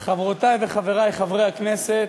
אדוני היושב-ראש, חברותי וחברי חברי הכנסת,